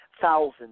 Thousands